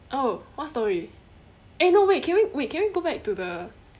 oh what story eh no wait can we wait can we go back to the